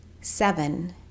Seven